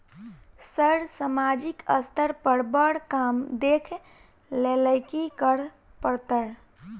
Sir सामाजिक स्तर पर बर काम देख लैलकी करऽ परतै?